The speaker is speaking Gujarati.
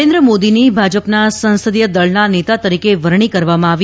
નરેન્દ્ર મોદીની ભાજપના સંસદીય દળના નેતા તરીકે વરણી કરવામાં આવી